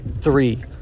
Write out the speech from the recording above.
three